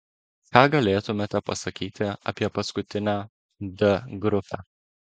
ką galėtumėte pasakyti apie paskutinę d grupę